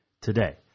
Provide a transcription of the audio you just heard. today